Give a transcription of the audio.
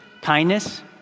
kindness